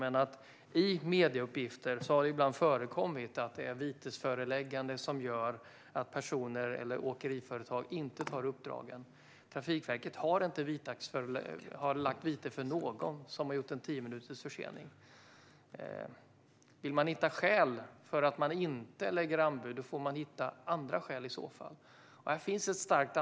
Men i medierna har det ibland förekommit uppgifter om att vitesföreläggande skulle leda till att personer eller åkeriföretag inte tar uppdragen. Trafikverket har inte förelagt någon som har haft en försening på tio minuter vite. Om man vill hitta skäl för att det inte läggs anbud får man i så fall hitta andra skäl.